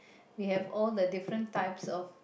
you have all the different types of